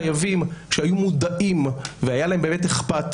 חייבים שהיו מודעים והיה להם באמת אכפת